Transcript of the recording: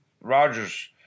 Roger's